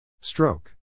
stroke